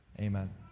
Amen